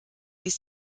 ließ